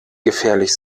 gefährlich